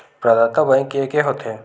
प्रदाता बैंक के एके होथे?